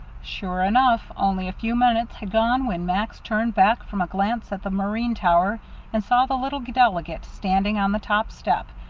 sure enough, only a few minutes had gone when max turned back from a glance at the marine tower and saw the little delegate standing on the top step,